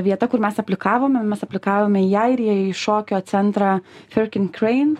vieta kur mes aplikavome mes aplikavome į airiją į šokio centrą firkin krein